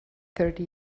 thirty